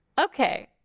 okay